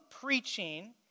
preaching